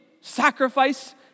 sacrifice